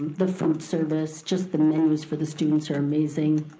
the food service, just the menus for the students are amazing.